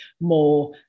more